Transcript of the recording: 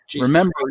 Remember